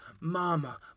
Mama